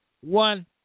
one